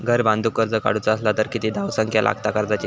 घर बांधूक कर्ज काढूचा असला तर किती धावसंख्या लागता कर्जाची?